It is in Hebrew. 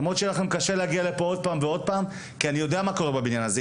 למרות שיהיה לכם קשה להגיע לפה עוד פעם אני יודע מה קורה בבניין הזה.